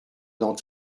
dans